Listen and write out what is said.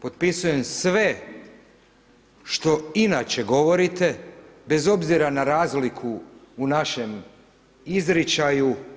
Potpisujem sve što inače govorite bez obzira na razliku u našem izričaju.